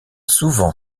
souvent